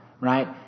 right